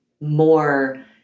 more